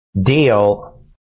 deal